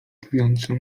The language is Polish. drwiąco